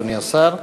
אדוני השר,